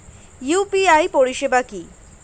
UPI পরিষেবা কি?